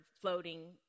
floating